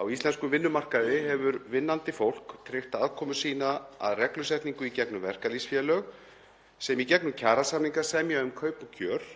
Á íslenskum vinnumarkaði hefur vinnandi fólk tryggt aðkomu sína að reglusetningu í gegnum verkalýðsfélög, sem í gegnum kjarasamninga semja um kaup og kjör